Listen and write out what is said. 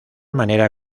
manera